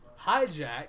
Hijack